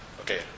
Okay